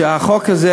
שהחוק הזה